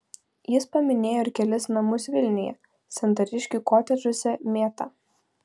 jis paminėjo ir kelis namus vilniuje santariškių kotedžuose mėta